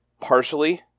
Partially